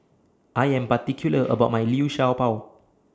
I Am particular about My Liu Sha Bao